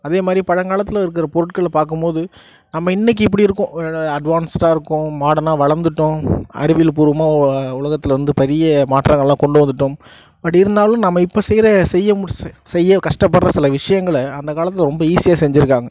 அதே மாதிரி பழங்காலத்தில் இருக்கிற பொருட்களை பார்க்கும் போது நம்ம இன்னைக்கு எப்படி இருக்கோம் அட்வான்ஸ்டாக இருக்கோம் மார்டனாக வளர்ந்துட்டோம் அறிவியல் பூர்வமாக உலகத்தில் வந்து பெரிய மாற்றங்கள்லாம் கொண்டு வந்துவிட்டோம் பட் இருந்தாலும் நம்ம இப்போ செய்கிற செய்ய செய்ய கஷ்டப்படுற சில விஷயங்கள அந்த காலத்தில் ரொம்ப ஈஸியாக செஞ்சுருக்காங்க